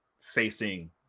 facing